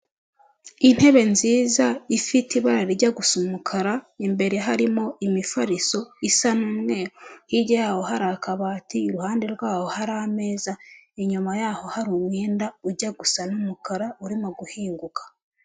Intebe nziza ifite ibara rijya gusa umukara, imbere harimo imifariso isa n'umweru. Hirya yaho hari akabati, iruhande rwaho hari ameza, inyuma yaho hari umwenda ujya gusa n'umukara urimo guhinguka.